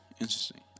Interesting